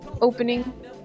opening